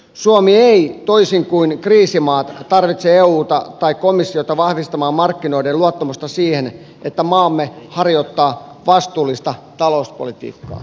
suomi ei toisin kuin kriisimaat tarvitse euta tai komissiota vahvistamaan markkinoiden luottamusta siihen että maamme harjoittaa vastuullista talouspolitiikkaa